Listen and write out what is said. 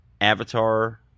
avatar